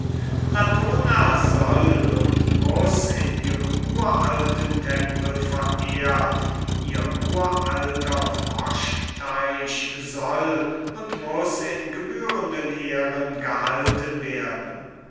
latona soll und muß in ihrem uralten tempel verehrt und ihr uralter froschgraben soll und muß in gebührenden ehren gehalten werden